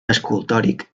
escultòric